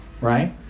right